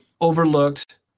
overlooked